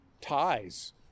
ties